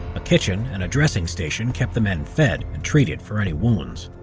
a kitchen, and a dressing station kept the men fed, and treated for any wounds.